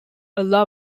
allow